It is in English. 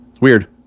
Weird